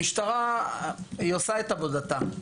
המשטרה עושה את עבודתה,